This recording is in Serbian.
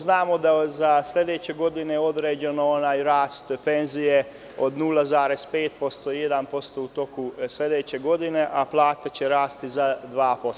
Znamo da je za sledeću godinu određen onaj rast penzije od 0,5%, 1% u toku sledeće godine, a plata će rasti za 2%